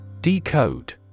Decode